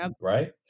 right